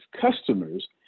customers